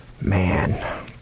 Man